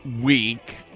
week